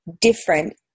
different